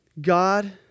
God